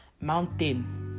mountain